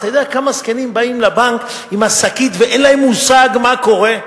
אתה יודע כמה זקנים באים לבנק עם השקית ואין להם מושג מה קורה?